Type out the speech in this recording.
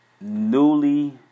newly